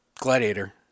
Gladiator